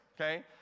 Okay